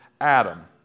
Adam